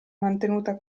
mantenuta